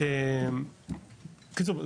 בקיצור,